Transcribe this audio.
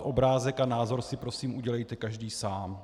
Obrázek a názor si prosím udělejte každý sám.